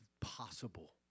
possible